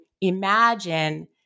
imagine